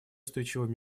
устойчивого